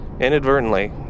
Inadvertently